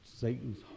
Satan's